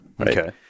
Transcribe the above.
Okay